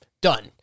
Done